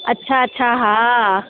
अच्छा अच्छा हा